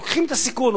לוקחים את הסיכון.